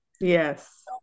yes